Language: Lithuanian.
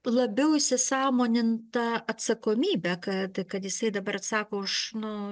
labiau įsisąmoninta atsakomybe kad kad jisai dabar atsako už nu